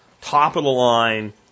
top-of-the-line